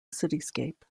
cityscape